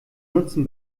nutzen